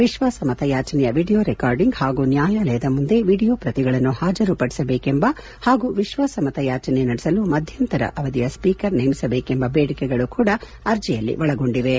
ವಿಶ್ವಾಸ ಮತ ಯಾಚನೆಯ ವಿಡಿಯೋ ರೆಕಾರ್ಡಿಂಗ್ ಹಾಗೂ ನ್ಲಾಯಾಲಯದ ಮುಂದೆ ವಿಡಿಯೋ ಪ್ರತಿಗಳನ್ನು ಹಾಜರು ಪಡಿಸಬೇಕೆಂಬ ಹಾಗೂ ವಿಶ್ವಾಸ ಮತ ಯಾಚನೆ ನಡೆಸಲು ಮಧ್ಯಂತರ ಅವಧಿಯ ಸ್ಪೀಕರ್ ನೇಮಿಸಬೇಕೆಂಬ ಬೇಡಿಕೆಗಳು ಕೂಡಾ ಅರ್ಜಿಯಲ್ಲಿ ಒಳಗೊಂಡಿವೆ